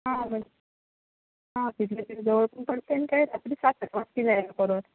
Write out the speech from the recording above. हां हां तिथल्या तिथे जवळ पण पडते काय रात्री सात वाजतील यायला परत